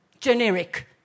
Generic